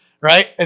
right